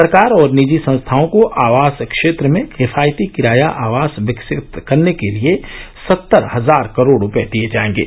सरकार और निजी संस्थाओं को आवास क्षेत्र में किफायती किराया आवास विकसित करने के लिए सत्तर हजार करोड रुपए दिए जाएंगे